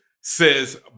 Says